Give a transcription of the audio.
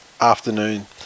afternoon